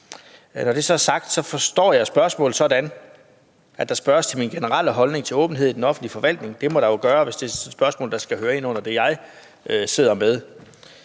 Når det så er sagt, forstår jeg spørgsmålet sådan, at der spørges til min generelle holdning til åbenhed i den offentlige forvaltning. Det må det jo være, hvis spørgsmålet skal høre ind under det, jeg sidder med.